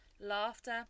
Laughter